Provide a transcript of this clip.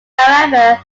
however